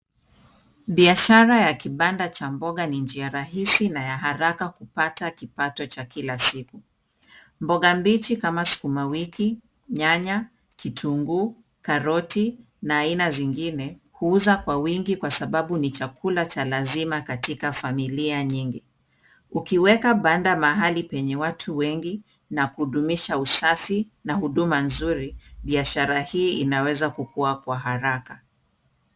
Biashara ya kibanda cha mboga ni njia rahisi na ya haraka kupata kipato cha kila siku. Mboga mbichi kama sukuma wiki, nyanya, kitunguu, karoti na aina zingine, huuzwa kwa wingi kwa sababu ni chakula cha lazima katika familia nyingi. Ukiweka banda mahali penye watu wengi na kudumisha usafi na huduma nzuri, biashara hii inaweza kukua kwa haraka.